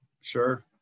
sure